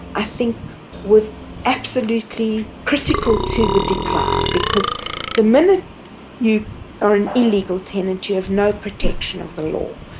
i think was absolutely critical to the decline because the minute you are an illegal tenant, you have no protection of the law.